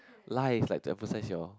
lah is like to emphasize your